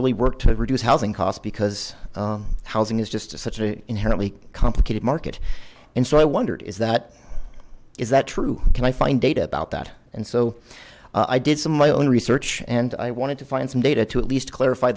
really work to reduce housing costs because housing is just such an inherently complicated market and so i wondered is that is that true can i find data about that and so i did some of my own research and i wanted to find some data to at least clarify